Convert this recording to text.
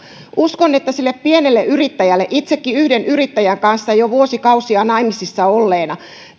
uskon että sille pienelle yrittäjälle lainsäädännön epävarmuus on kaikkein suurin riski itsekin yhden yrittäjän kanssa jo vuosikausia naimisissa olleena